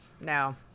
No